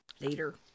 Later